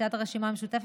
סיעת הרשימה המשותפת,